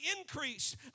increase